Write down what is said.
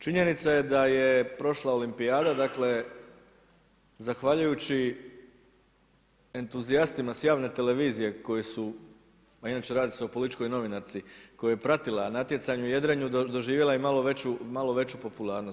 Činjenica je da je prošla olimpijada, dakle, zahvaljujući entuzijastima s javne televizije koji su, a inače radi se o političkoj novinarki koja je pratila natjecanje u jedrenju, doživjela i malo veću popularnost.